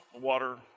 water